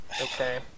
Okay